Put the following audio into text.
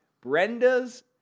Brenda's